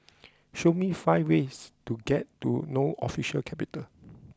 show me five ways to get to no official capital